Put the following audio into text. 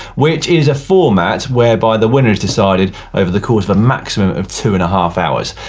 which is a format whereby the winner is decided over the course of a maximum of two and half hours.